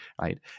right